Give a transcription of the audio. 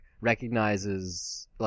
recognizes